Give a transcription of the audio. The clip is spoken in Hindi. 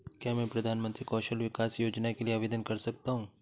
क्या मैं प्रधानमंत्री कौशल विकास योजना के लिए आवेदन कर सकता हूँ?